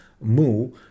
mu